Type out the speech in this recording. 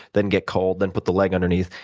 then get cold, then put the leg underneath,